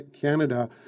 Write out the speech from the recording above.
Canada